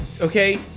Okay